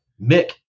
Mick